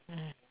mm